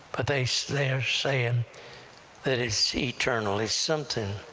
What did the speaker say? but they say they're saying that it's eternal it's something